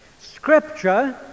Scripture